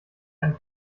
einen